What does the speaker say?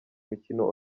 mikino